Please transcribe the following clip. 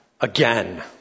again